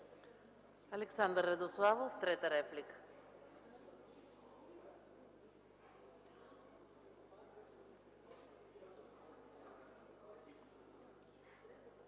Александър Радославов – трета реплика.